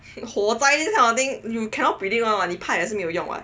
but like 火灾 this kind of thing you cannot predict [what] 你怕也是没有用啊